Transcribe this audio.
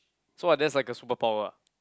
so what that's like a super power ah